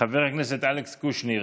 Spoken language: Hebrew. חבר הכנסת אלכס קושניר,